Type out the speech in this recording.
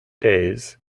days